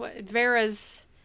Vera's